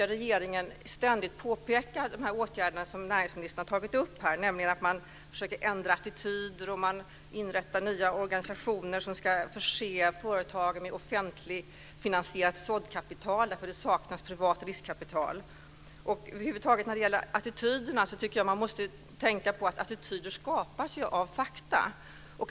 Regeringen brukar ständigt framhålla de åtgärder som näringsministern har tagit upp, som försök att ändra attityder och inrättande av nya organisationer som ska förse företag med offentligt finansierat såddkapital eftersom det saknas privat riskkapital. Jag tycker när det gäller attityderna över huvud taget att man måste tänka på att sådana skapas av fakta.